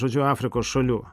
žodžiu afrikos šalių